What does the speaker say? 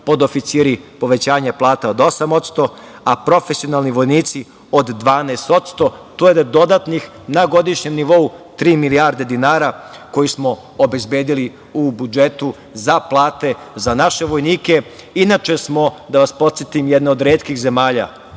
podoficiri povećanje plata od 8%, a profesionalni vojnici od 12%. To je dodatnih, na godišnjem nivou tri milijarde dinara koje smo obezbedili u budžetu za plate, za naše vojnike. Inače smo, da vas podsetim, od 1. januara